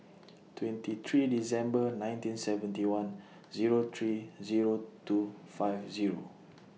twenty three December nineteen seventy one Zero three Zero two five Zero